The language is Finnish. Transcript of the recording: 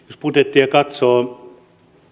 budjettia katsoo